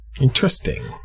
Interesting